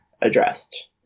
addressed